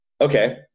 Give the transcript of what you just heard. okay